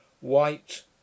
White